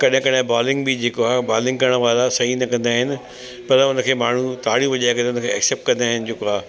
कॾहिं कॾहिं बॉलिंग बि जेको आहे बॉलिंग करण वारा सही न कंदा आहिनि पर हुनखे माण्हू तारियूं वजाए करे एक्सेप्ट कंदा आहिनि जेको आहे